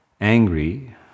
angry